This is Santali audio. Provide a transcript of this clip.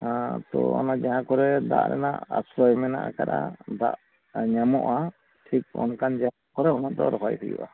ᱦᱮᱛᱚ ᱚᱱᱮ ᱡᱟᱦᱟᱸ ᱠᱚᱨᱮ ᱫᱟᱜ ᱨᱮᱱᱟᱜ ᱟᱥᱨᱚᱭ ᱢᱮᱱᱟᱜ ᱟᱠᱟᱫᱟ ᱫᱟᱜ ᱧᱟᱢᱚᱜᱼᱟ ᱴᱷᱤᱠ ᱚᱱᱠᱟᱱ ᱡᱟᱭᱜᱟ ᱠᱚᱨᱮ ᱚᱱᱟᱫᱚ ᱨᱚᱦᱚᱭ ᱦᱩᱭᱩᱜᱼᱟ